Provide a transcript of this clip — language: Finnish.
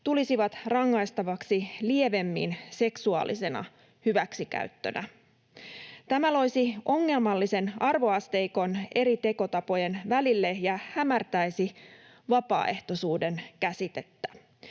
tulisivat rangaistavaksi lievemmin, seksuaalisena hyväksikäyttönä. Tämä loisi ongelmallisen arvoasteikon eri tekotapojen välille ja hämärtäisi vapaaehtoisuuden käsitettä.